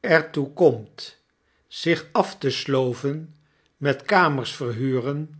er toe komt zich af te sloven met kamers verhuren